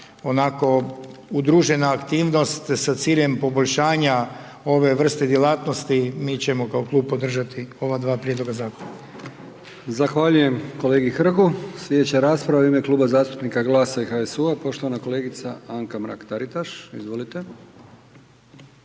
onako udružena aktivnost, s cijelim poboljšanja ove vrste djelatnosti, mi ćemo kao klub podržati ova dva prijedloga zakona. **Brkić, Milijan (HDZ)** Zahvaljujem kolegi Hrgu. Sljedeća raspravu ime Kluba zastupnika GLAS-a i HSU-a poštovana kolegica Anka Mrak Taritaš, izvolite.